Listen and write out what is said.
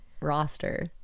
roster